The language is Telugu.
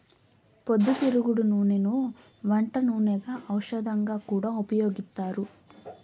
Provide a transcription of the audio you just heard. పొద్దుతిరుగుడు నూనెను వంట నూనెగా, ఔషధంగా కూడా ఉపయోగిత్తారు